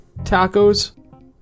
tacos